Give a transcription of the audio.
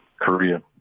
Korea